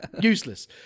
useless